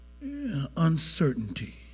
uncertainty